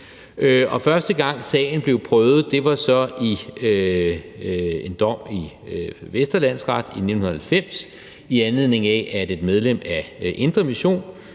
Første gang sagen blev prøvet, var så ved en sag i Vestre Landsret i 1990, i anledning af at et medlem af Indre Mission